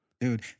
Dude